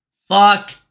Fuck